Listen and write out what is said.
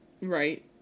Right